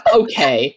okay